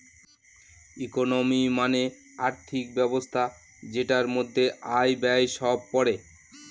economy মানে আর্থিক ব্যবস্থা যেটার মধ্যে আয়, ব্যয় সব পড়ে